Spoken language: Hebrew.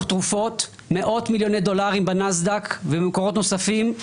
תרופות מאות מיליוני דולרים בנאסד"ק וממקורות נוספים,